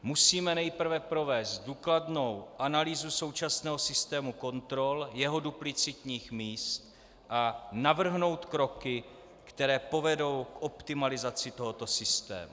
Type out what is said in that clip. Musíme nejprve provést důkladnou analýzu současného systému kontrol, jeho duplicitních míst a navrhnout kroky, které povedou k optimalizaci tohoto systému.